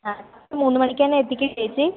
ആ മൂന്നു മണിക്കു തന്നെ എത്തിക്കുമോ ചേച്ചീ